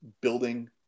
building